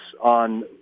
on